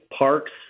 parks